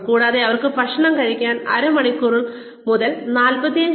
കൂടാതെ അവർക്ക് ഭക്ഷണം കഴിക്കാൻ അര മണിക്കൂർ മുതൽ 45 മിനിറ്റ് വരെ ആവശ്യമാണ്